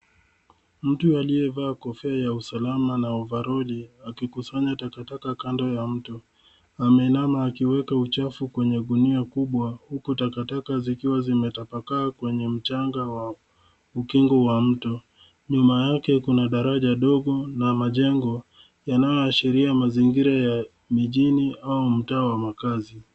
Mtu aliyevaa kofia ya usalama na ovaroli akikusanya takataka kando ya mto. Ameinama akiweka uchafu kwenye gunia kubwa huku takataka zikiwa zimetapakaa kwenye mchanga wa ukingo wa mto. Nyuma yake kuna daraja na majengo yanayoashiria mazingira ya mjini au mtaa wa makazi.